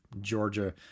georgia